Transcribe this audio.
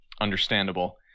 understandable